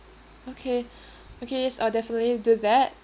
okay okay yes I'll definitely do that